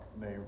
name